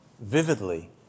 vividly